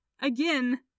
again